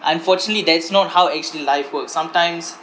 unfortunately that is not how actually life works sometimes